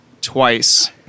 twice